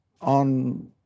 on